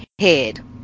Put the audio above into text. head